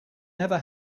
never